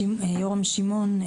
יורם שמעון,